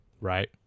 Right